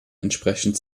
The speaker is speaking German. entsprechend